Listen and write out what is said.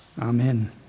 Amen